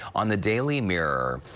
on the daily mirror,